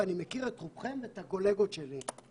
ואני מכיר את רובכם ואת הקולגות שלי.